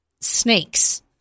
snakes